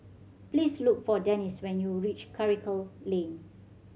please look for Denis when you reach Karikal Lane